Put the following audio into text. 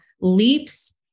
leaps